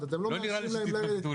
גם טווחי החיסכון הם לטווח